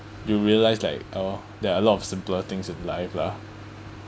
you realise like oh there are a lot of simpler things in life lah